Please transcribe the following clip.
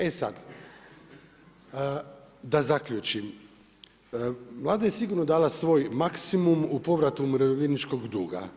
E sad, da zaključim, Vlada je sigurno dala svoj maksimum u povratu umirovljeničkog duga.